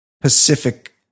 Pacific